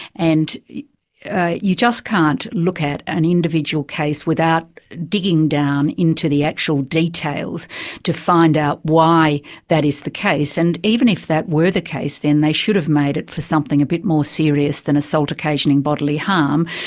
and you just can't look at an individual case without digging down into the actual details to find out why that is the case, and even if that were the case, then they should have made it for something a bit more serious than assault occasioning bodily harm,